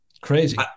Crazy